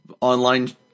online